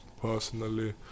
personally